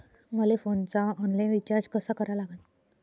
मले फोनचा online recharge कसा करा लागन?